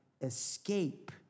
escape